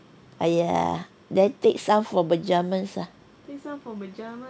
!aiya! then take some for pyjamas ah